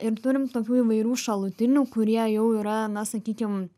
ir turim tokių įvairių šalutinių kurie jau yra na sakykim